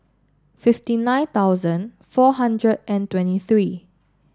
fifty nine thousand four hundred and twenty three